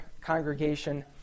congregation